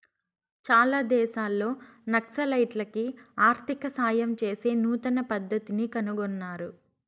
చాలా దేశాల్లో నక్సలైట్లకి ఆర్థిక సాయం చేసే నూతన పద్దతిని కనుగొన్నారు